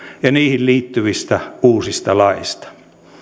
ja niihin liittyvistä uusista laeista